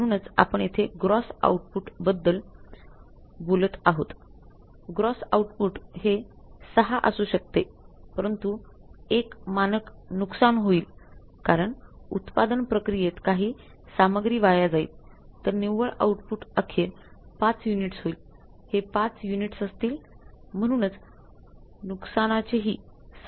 म्हणूनच आपण येथे ग्रोस आउटपुटबद्दल बोल्ट आहोतग्रॉस आउटपुट हे 6 असू शकते परंतु एकमानक नुकसान होईल कारण उत्पादन प्रक्रियेत काही सामग्री वाया जाईल तर निव्वळ आउटपुट अखेर 5 युनिट्स होईल हे 5 युनिट्स असतील म्हणूनच नुकसानाचेही समायोजन करावे लागेल